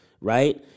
Right